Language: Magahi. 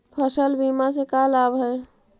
फसल बीमा से का लाभ है?